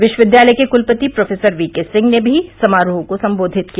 विश्वविद्यालय के कलपति प्रोफेसर यीके सिंह ने भी समारोह को सम्बोधित किया